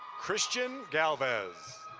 christian galvez.